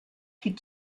die